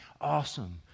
Awesome